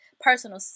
personal